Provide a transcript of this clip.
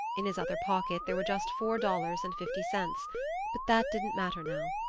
in his other pocket there were just four dollars and fifty cents but that didn't matter now.